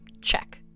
check